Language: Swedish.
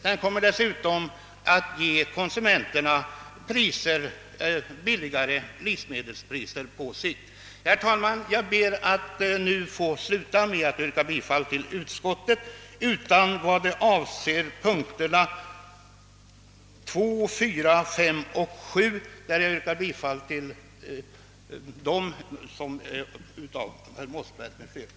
Den kommer dessutom att ge konsumenterna lägre livsmedelspriser på sikt. Herr talman! Jag ber att få yrka bifall till utskottets hemställan utom på de punkter som berörs av reservationerna 2, 4a, 5 och 7 av herr Mossberger m.fl., till vilka reservationer jag yrkar bifall.